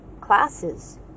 classes